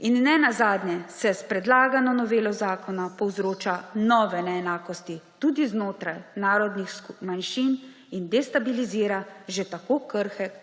Nenazadnje se s predlagano novelo zakona povzroča nove neenakosti tudi znotraj narodnih manjšin in destabilizira že tako krhek